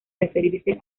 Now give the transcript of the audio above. referirse